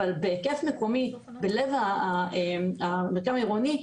אבל בהיקף מקומי בלב המרקם העירוני,